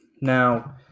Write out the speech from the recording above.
Now